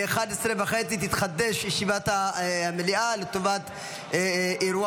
ב-11:30 תתחדש ישיבת המליאה לטובת אירוע